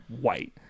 white